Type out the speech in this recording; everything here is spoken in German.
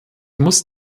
muss